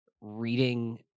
reading